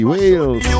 Wales